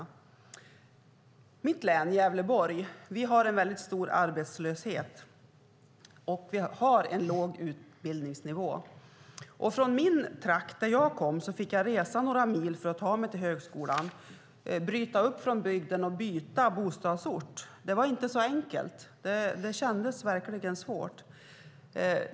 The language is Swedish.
I mitt län, Gävleborg, har vi stor arbetslöshet, och vi har en låg utbildningsnivå. Från min hemtrakt fick jag resa några mil för att ta mig till högskolan. Jag fick bryta upp från bygden och byta bostadsort. Det var inte så enkelt. Det kändes verkligen svårt.